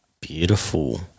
Beautiful